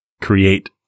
create